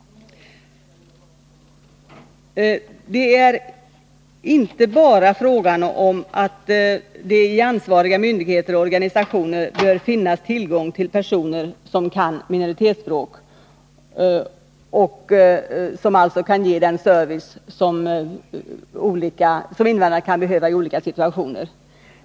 Det är inte bara fråga om att det i ansvariga myndigheter och organisationer bör finnas tillgång till personer som kan minoritetsspråk och som alltså kan ge den service som invandrare kan behöva i olika situationer.